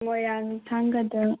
ꯃꯣꯏꯔꯥꯡ ꯊꯥꯡꯒꯗ